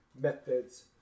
methods